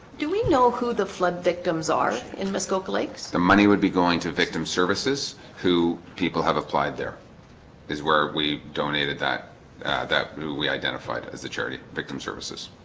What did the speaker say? do we know who the flood victims are in muskoka lakes the money would be going to victim services who people have applied there is where we donated that that we identified as the charity victim services